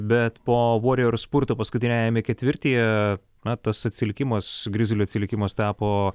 bet po vorijor ir spurto paskutiniajame ketvirtyje na tas atsilikimas grizlių atsilikimas tapo